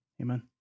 Amen